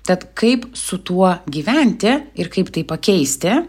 tad kaip su tuo gyventi ir kaip tai pakeisti